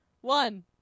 One